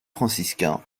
franciscain